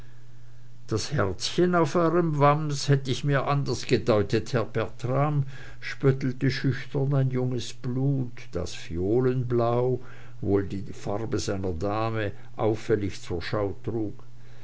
das herzchen auf euerm wams hatt ich mir anders gedeutet herr bertram spöttelte schüchtern ein junges blut das violenblau wohl die farbe seiner dame auffällig zur schau trug